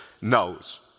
knows